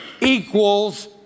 equals